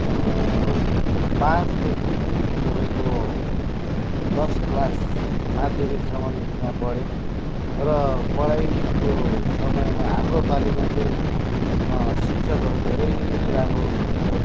पाँचदेखि तपाईँको दस क्लास माध्यमिकसम्म त्यहाँ पढेँ र पढाइको समयमा हाम्रो पालिमा चाहिँ शिक्षकहरू धेरै नै राम्रो हुनुहुन्थ्यो